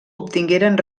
obtingueren